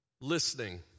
listening